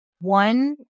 one